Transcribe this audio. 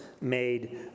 made